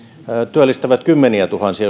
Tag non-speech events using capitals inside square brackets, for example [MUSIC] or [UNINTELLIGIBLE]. työllistävät kymmeniätuhansia [UNINTELLIGIBLE]